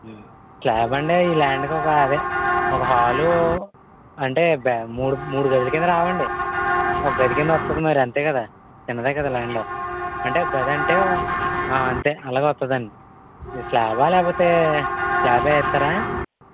slab అండి ఈ land కి ఒక అదే ఒక హాలు అంటే మూడు మూడు గదుల కింద రావండి ఒక గది కింద వత్తాది మరి అంతే కదా చిన్నది కదా ల్యాండ్ అంటే ఒక గది అంటే ఆ అంతే అలాగే వస్తాదండి స్లాబ్ ఆ లేపోతే స్లాబే వేస్తారా